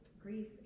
Greece